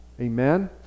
amen